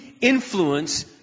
influence